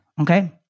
okay